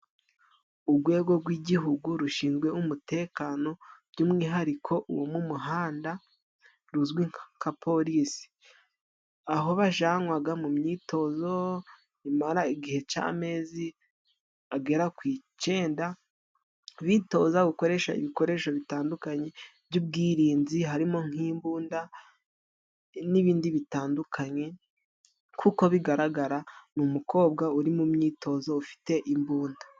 Ugwego gw'igihugu rushinzwe umutekano by'umwihariko uwo mu muhanda ruzwi nka polisi, aho bajananwaga mu myitozo imara igihe c'amezi agera ku icenda, bitoza gukoresha ibikoresho bitandukanye by'ubwirinzi harimo nk'imbunda n'ibindi bitandukanye. Kuko bigaragara ni umukobwa uri mu myitozo ufite imbunda.